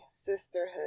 sisterhood